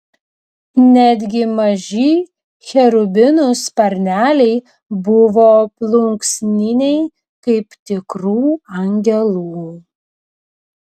netgi maži cherubinų sparneliai buvo plunksniniai kaip tikrų angelų